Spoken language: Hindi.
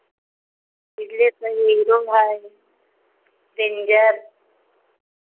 हीरो है रेंजर